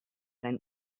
sein